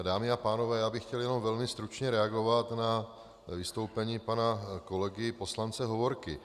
Dámy a pánové, já bych chtěl jenom velmi stručně reagovat na vystoupení pana kolegy poslance Hovorky.